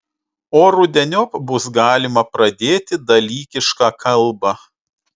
o rudeniop bus galima pradėti dalykišką kalbą